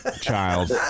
child